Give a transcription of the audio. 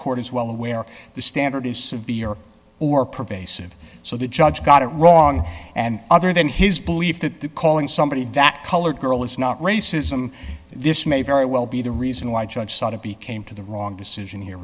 court is well aware the standard is severe or pervasive so the judge got it wrong and other than his belief that calling somebody that colored girl is not racism this may very well be the reason why judge sort of be came to the wrong decision here